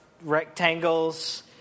rectangles